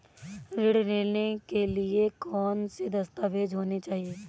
ऋण लेने के लिए कौन कौन से दस्तावेज होने चाहिए?